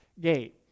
gate